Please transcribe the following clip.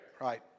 Right